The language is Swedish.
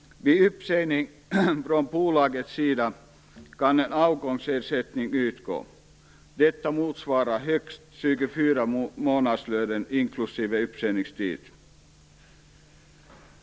Vid uppsägning från bolagets sida kan en avgångsersättning utgå. Den får motsvara högst 24 månadslöner inklusive uppsägningstid.